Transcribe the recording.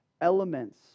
elements